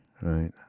right